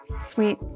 Sweet